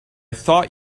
thought